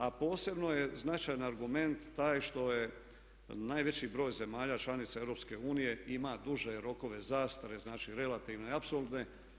A posebno je značajan argument taj što je najveći broj zemalja članica EU ima duže rokove zastare, znači relativne i apsolutne.